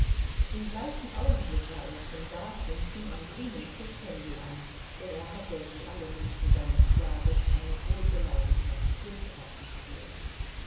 im gleichen augenblick war er schon da und fing am grünen tisch händel an denn er hatte wie alle menschen seines schlages eine große leidenschaft fürs kartenspiel